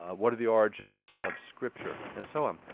what are the origins of scripture? and so on.